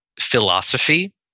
philosophy